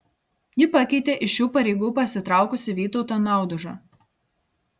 ji pakeitė iš šių pareigų pasitraukusi vytautą naudužą